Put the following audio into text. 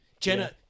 Jenna